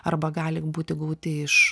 arba gali būti gauti iš